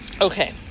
Okay